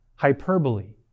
Hyperbole